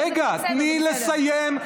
רגע, תני לסיים.